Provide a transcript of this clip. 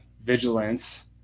vigilance